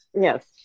Yes